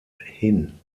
hin